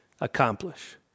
accomplish